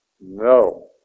No